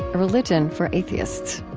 ah religion for atheists.